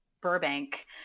burbank